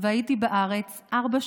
והייתי בארץ ארבע שנים,